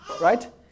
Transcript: right